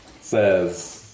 Says